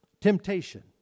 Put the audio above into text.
Temptation